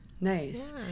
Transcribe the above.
Nice